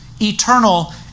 eternal